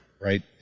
right